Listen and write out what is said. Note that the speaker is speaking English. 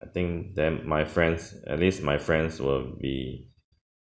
I think them my friends at least my friends will be